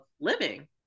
living